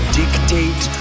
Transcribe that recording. dictate